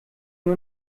nur